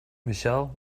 michelle